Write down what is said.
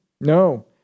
No